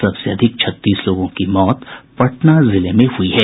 सबसे अधिक छत्तीस लोगों की मौत पटना जिले में हुई है